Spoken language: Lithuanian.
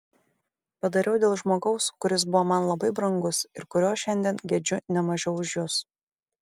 padariau dėl žmogaus kuris buvo man labai brangus ir kurio šiandien gedžiu ne mažiau už jus